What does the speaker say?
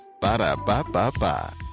Ba-da-ba-ba-ba